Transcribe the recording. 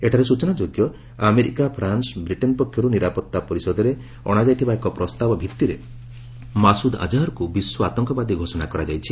ଏଠାରେ ସୂଚନାଯୋଗ୍ୟ ଯେ ଆମେରିକାଫ୍ରାନ୍ସ ଓ ବ୍ରିଟେନ୍ ପକ୍ଷରୁ ନିରାପତ୍ତା ପରିଷଦରେ ଅଣାଯାଇଥିବା ଏକ ପ୍ରସ୍ତାବ ଭିତ୍ତିରେ ମାସୁଦ୍ ଆକାହରକୁ ବିଶ୍ୱ ଆତଙ୍କବାଦୀ ଘୋଷଣା କରାଯାଇଛି